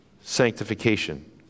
sanctification